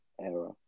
era